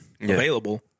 available